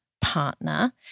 partner –